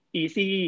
easy